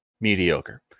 mediocre